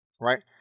right